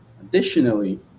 additionally